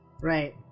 right